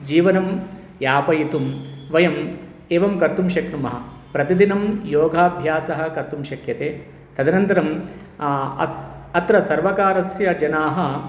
जीवनं यापयितुं वयम् एवं कर्तुं शक्नुमः प्रतिदिनं योगाभ्यासः कर्तुं शक्यते तदनन्तरम् अत्र अत्र सर्वकारस्य जनाः